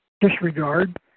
Disregard